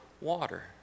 water